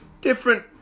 Different